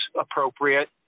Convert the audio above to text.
appropriate